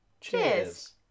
Cheers